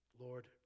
Lord